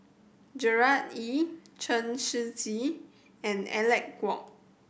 Gerard Ee Chen Shiji and Alec Kuok